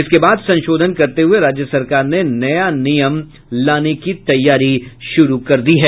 इसके बाद संशोधन करते हुये राज्य सरकार नया नियम लाने की तैयारी कर रही है